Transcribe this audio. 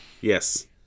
Yes